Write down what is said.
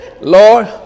Lord